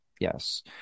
Yes